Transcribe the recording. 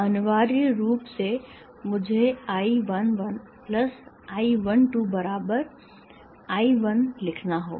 तो अनिवार्य रूप से मुझे I 1 1 प्लस I 1 2 बराबर I 1 लिखना होगा